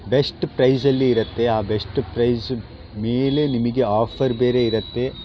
best ಪ್ರೈಜಲ್ಲಿ ಇರತ್ತೆ ಆ ಬೆಸ್ಟ್ ಪ್ರೈಜ್ ಮೇಲೆ ನಿಮಗೆ ಆಫರ್ ಬೇರೆ ಇರತ್ತೆ